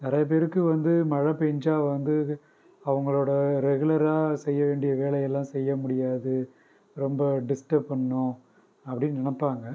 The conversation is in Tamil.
நிறைய பேருக்கு வந்து மழை பெஞ்சா வந்து அவங்களோட ரெகுலராக செய்ய வேண்டிய வேலையெல்லாம் செய்ய முடியாது ரொம்ப டிஸ்டர்ப் பண்ணும் அப்படினு நினைப்பாங்க